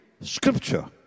Scripture